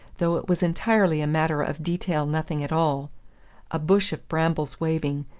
though it was entirely a matter of detail nothing at all a bush of brambles waving,